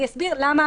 אסביר למה